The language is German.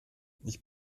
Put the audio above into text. ich